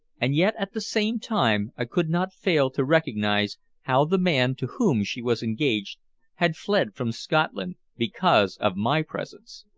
and yet at the same time i could not fail to recognize how the man to whom she was engaged had fled from scotland because of my presence.